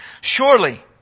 Surely